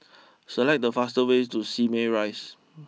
select the fastest way to Simei Rise